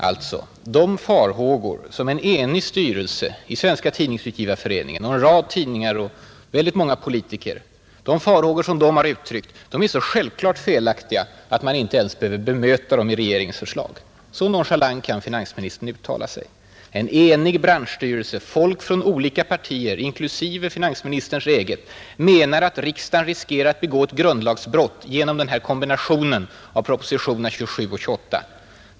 Alltså: de farhågor som en enig styrelse i Tidningsutgivareföreningen, en rad tidningar och många politiker uttalat är så självklart felaktiga att man inte ens behöver bemöta dem i regeringens förslag! Så nonchalant kan finansministern uttala sig. En enig branschstyrelse, folk från olika partier inklusive finansministerns eget menar att riksdagen riskerar att begå ett grundlagsbrott genom den här kombinationen av åtgärder som föreslås i propositionerna 27 och 28.